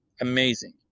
amazing